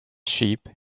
sheep